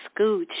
Scooch